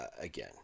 again